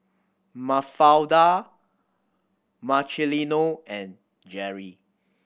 Mafalda Marcelino and Jerry